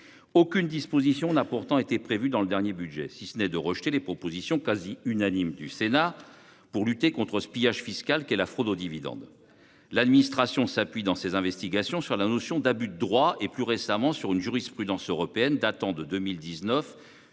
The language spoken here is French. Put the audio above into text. Aucune disposition n'a pourtant été prévue dans le dernier budget, si ce n'est de rejeter les propositions quasi unanimes du Sénat pour lutter contre ce pillage fiscal qu'est la fraude aux dividendes. Eh oui ... L'administration s'appuie dans ses investigations sur la notion d'abus de droit et, plus récemment, sur une jurisprudence européenne datant de 2019